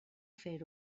fer